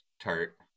tart